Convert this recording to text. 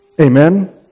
Amen